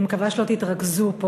אני מקווה שלא תתרגזו פה,